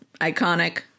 iconic